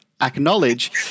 acknowledge